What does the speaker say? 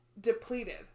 depleted